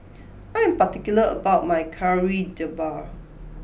I am particular about my Kari Debal